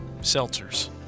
seltzers